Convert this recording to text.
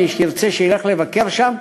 מי שירצה, שילך לבקר שם.